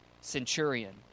centurion